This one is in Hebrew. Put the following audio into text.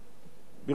בירושלים,